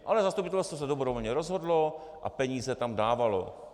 Ale zastupitelstvo se dobrovolně rozhodlo a peníze tam dávalo.